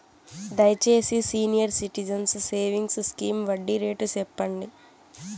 దయచేసి senior citizens savings scheme వడ్డీ rate సెప్పండి